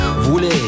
Voulez